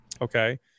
Okay